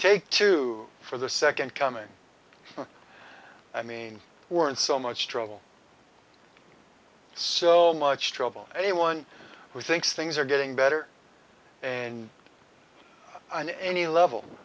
take two for the second coming i mean weren't so much trouble so much trouble anyone who thinks things are getting better and an any level